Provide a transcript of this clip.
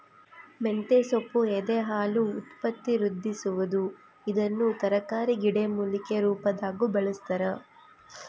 ಮಂತೆಸೊಪ್ಪು ಎದೆಹಾಲು ಉತ್ಪತ್ತಿವೃದ್ಧಿಸುವದು ಇದನ್ನು ತರಕಾರಿ ಗಿಡಮೂಲಿಕೆ ರುಪಾದಾಗೂ ಬಳಸ್ತಾರ